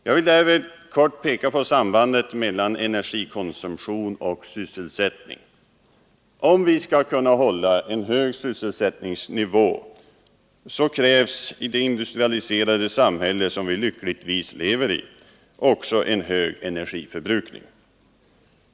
Jag vill därför kortfattat peka på sambandet mellan energikonsumtion och sysselsättning. Om vi skall kunna hålla en hög sysselsättningsnivå så krävs i det industrialiserade samhälle vi lyckligtvis lever i också en hög energiförbrukning.